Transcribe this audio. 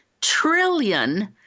trillion